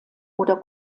oder